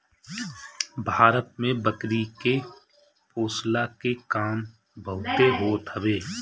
भारत में बकरी के पोषला के काम बहुते होत हवे